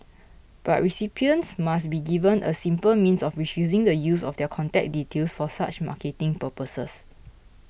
but recipients must be given a simple means of refusing the use of their contact details for such marketing purposes